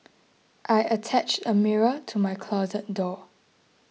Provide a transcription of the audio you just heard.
I attached a mirror to my closet door